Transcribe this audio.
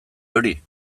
hori